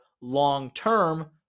long-term